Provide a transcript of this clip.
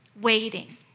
waiting